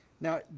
Now